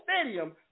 stadium